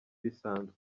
bisanzwe